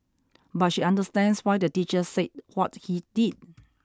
but she understands why the teacher said what he did